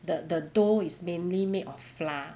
the the dough is mainly made of flour